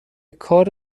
کار